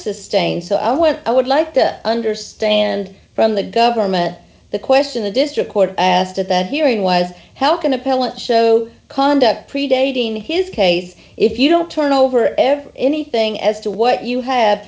sustained so i went i would like to understand from the government the question the district court asked at that hearing was how can the pellet show conduct predating his case if you don't turn over every anything as to what you have